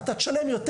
אתה תשלם יותר.